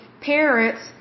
parents